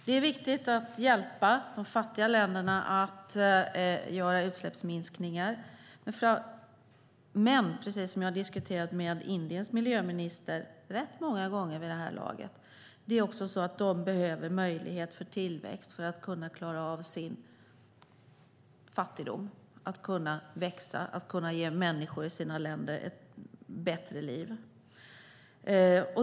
Det är viktigt att hjälpa de fattiga länderna att göra utsläppsminskningar men, precis som jag har diskuterat med Indiens miljöminister rätt många gånger vid det här laget, de behöver också möjlighet till tillväxt för att kunna klara av sin fattigdom och kunna växa och ge människor ett bättre liv.